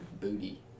booty